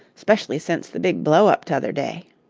specially sence the big blow-up t' other day.